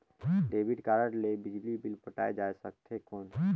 Debit card ले बिजली bill पटाय जा सकथे कौन?